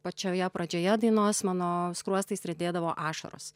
pačioje pradžioje dainos mano skruostais riedėdavo ašaros